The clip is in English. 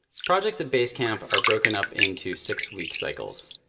projects at basecamp are broken up into six-week cycles.